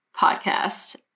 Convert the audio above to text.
podcast